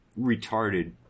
retarded